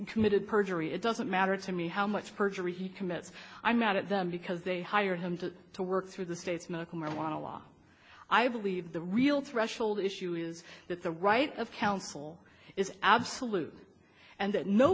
committed perjury it doesn't matter to me how much perjury he commits i'm mad at them because they hired him to work through the state's medical marijuana law i believe the real threshold issue is that the right of counsel is absolute and that no